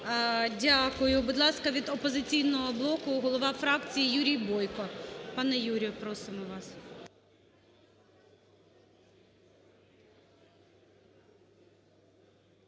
Дякую. Будь ласка, від "Опозиційного блоку" голова фракції Юрій Бойко. Пане Юрію, просимо вас.